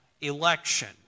election